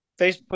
Facebook